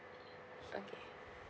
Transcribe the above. okay